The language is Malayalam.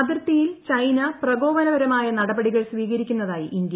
അതിർത്തിയിൽ ചൈന പ്രകോപനപരമായ നടപടികൾ സ്വീകരിക്കുന്നതായി ഇന്ത്യ